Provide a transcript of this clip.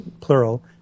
plural